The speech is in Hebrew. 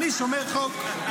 אני שומר חוק.